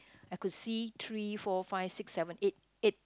I could see three four five six seven eight eight